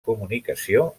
comunicació